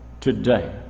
today